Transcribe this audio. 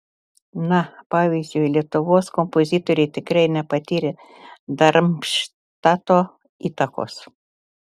na pavyzdžiui lietuvos kompozitoriai tikrai nepatyrė darmštato įtakos